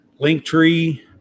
Linktree